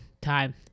time